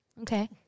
okay